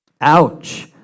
Ouch